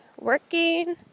working